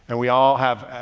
and we all have,